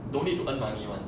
don't need to earn money [one]